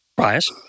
Bias